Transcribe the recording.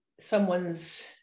someone's